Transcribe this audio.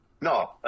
No